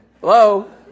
Hello